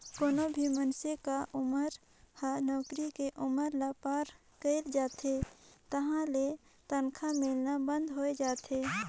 कोनो भी मइनसे क उमर हर नउकरी के उमर ल पार कइर जाथे तहां ले तनखा मिलना बंद होय जाथे